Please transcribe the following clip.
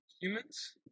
Humans